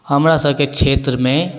हमरा सभके क्षेत्रमे